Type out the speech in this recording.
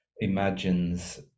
imagines